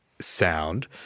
sound